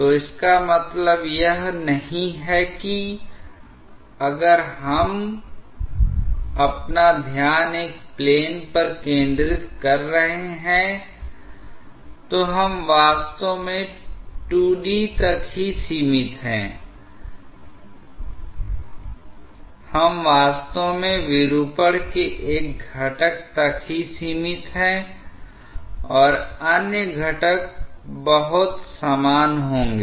तो इसका मतलब यह नहीं है कि अगर हम अपना ध्यान एक प्लेन पर केंद्रित कर रहे हैं तो हम वास्तव में 2 डी तक ही सीमित हैं हम वास्तव में विरूपण के एक घटक तक ही सीमित हैं और अन्य घटक बहुत समान होंगे